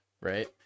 Right